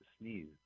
sneeze